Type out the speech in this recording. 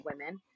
women